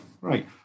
right